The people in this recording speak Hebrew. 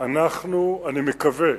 אנחנו נביא, אני מקווה,